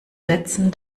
sätzen